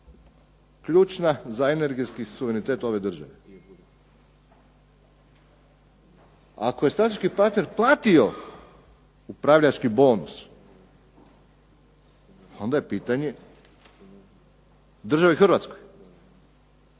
ključna za energetski suverenitet ove države. Ako je strateški partner platio upravljački bonus onda je pitanje državi Hrvatskoj,